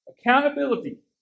accountability